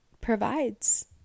provides